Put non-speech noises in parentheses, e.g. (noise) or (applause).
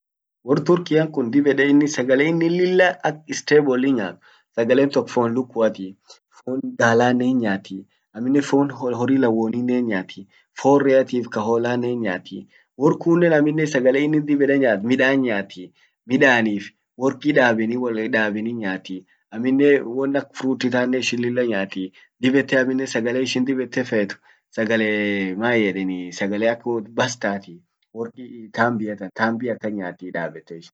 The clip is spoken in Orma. Wor Turkey ann kun dib ede innin sagale innin lilla ak staple nyaat sagalen tok fon lukkuatii. Fon galanen hinyaati, fon horri horri lawwoninen hinyaati, fon reatif kaloninnen hinyaati. Wor kunnen amminen sagale innin dib ede nyaat midan nyaati, midanif, worki dabeni (unintelligible) wol dabeni nyaati. amminen won ak fruitsi lilla nyaati dib ete amminen sagale ishin lilla fet sagalee (hesitation) mayeden sagale ak bastati, won tambia tan tambia akan nyaati dabete ishin.